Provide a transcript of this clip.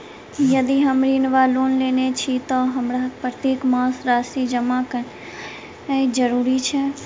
यदि हम ऋण वा लोन लेने छी तऽ हमरा प्रत्येक मास राशि जमा केनैय जरूरी छै?